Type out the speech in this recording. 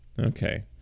Okay